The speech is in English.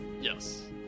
Yes